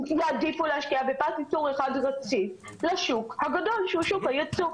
יעדיפו להשקיע בפס יצור אחד רציף לשוק הגדול שהוא שוק הייצוא.